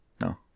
No